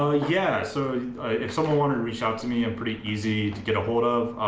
ah yeah, so if someone wanted to reach out to me, i'm pretty easy to get ahold of.